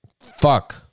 Fuck